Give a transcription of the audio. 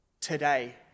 today